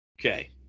Okay